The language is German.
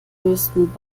größten